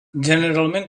generalment